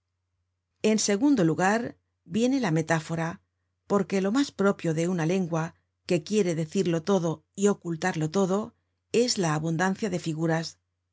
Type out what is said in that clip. en segundo lugar viene la metáfora porque lo mas propio de una lengua que quiere decirlo todo y ocultarlo todo es la abundancia de figuras